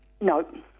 No